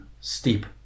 Steep